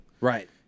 right